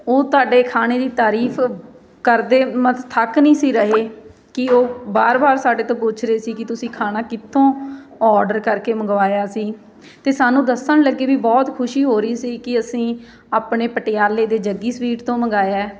ਉਹ ਤੁਹਾਡੇ ਖਾਣੇ ਦੀ ਤਾਰੀਫ ਕਰਦੇ ਮ ਥੱਕ ਨਹੀਂ ਸੀ ਰਹੇ ਕਿ ਉਹ ਵਾਰ ਵਾਰ ਸਾਡੇ ਤੋਂ ਪੁੱਛ ਰਹੇ ਸੀ ਕਿ ਤੁਸੀਂ ਖਾਣਾ ਕਿੱਥੋਂ ਔਡਰ ਕਰਕੇ ਮੰਗਵਾਇਆ ਸੀ ਅਤੇ ਸਾਨੂੰ ਦੱਸਣ ਲੱਗੇ ਵੀ ਬਹੁਤ ਖੁਸ਼ੀ ਹੋ ਰਹੀ ਸੀ ਕਿ ਅਸੀਂ ਆਪਣੇ ਪਟਿਆਲੇ ਦੇ ਜੱਗੀ ਸਵੀਟ ਤੋਂ ਮੰਗਵਾਇਆ